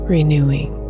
Renewing